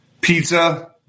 pizza